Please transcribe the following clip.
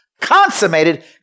Consummated